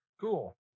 Cool